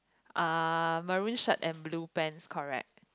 uh maroon shirt and blue pants correct